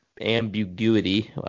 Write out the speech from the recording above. ambiguity